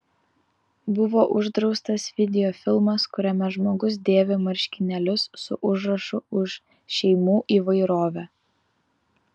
buvo uždraustas videofilmas kuriame žmogus dėvi marškinėlius su užrašu už šeimų įvairovę